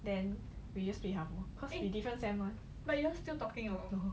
then we just pay half lor cause we different sem mah